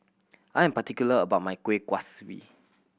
I am particular about my Kueh Kaswi